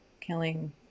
killing